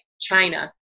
China